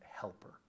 helper